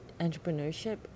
entrepreneurship